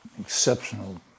exceptional